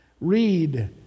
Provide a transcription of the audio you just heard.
Read